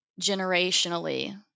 generationally